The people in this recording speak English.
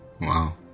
Wow